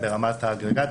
הם ברמת האגרגט,